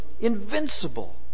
invincible